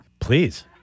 Please